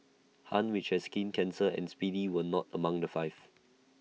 han which had skin cancer and speedy were not among the five